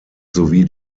sowie